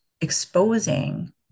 exposing